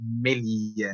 million